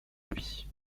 lui